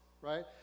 Right